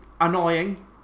annoying